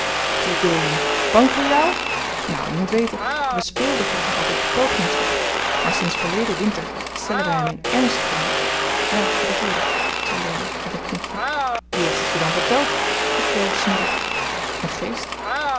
idée bang voor jou nou je moet weten we speelden vroeger altijd den pelgrimstocht maar sinds verleden winter stellen wij hem in ernst voor ja dat weet ik zei laurie met een knikje wie heeft het je dan verteld vroeg jo snibbig een geest